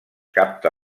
capta